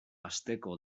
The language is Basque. asteko